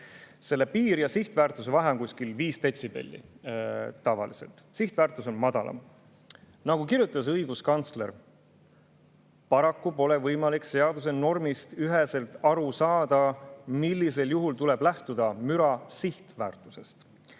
aladel. Piir- ja sihtväärtuse vahe on tavaliselt kuskil viis detsibelli. Sihtväärtus on madalam. Nagu kirjutas õiguskantsler: "Paraku pole võimalik seaduse normist üheselt aru saada, millisel juhul tuleb lähtuda müra sihtväärtusest."